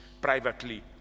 privately